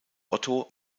otto